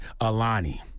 Alani